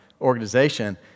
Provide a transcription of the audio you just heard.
organization